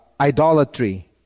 idolatry